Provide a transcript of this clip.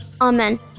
amen